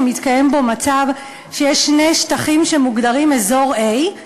שמתקיים בו מצב שיש שני שטחים שמוגדרים אזור A,